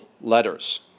letters